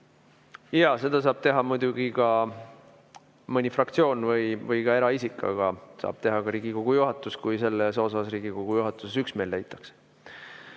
Jaa, seda saab teha muidugi ka mõni fraktsioon või eraisik, aga saab teha ka Riigikogu juhatus, kui selles Riigikogu juhatuses üksmeel leitakse.